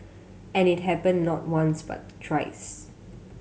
and it happened not once but thrice